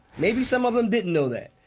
maybe some of them didn't know that.